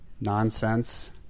nonsense